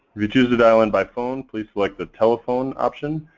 you choose to dial in by phone, please select the telephone option,